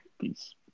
peace